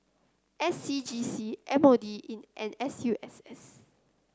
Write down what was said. S C G C M O D and S U S S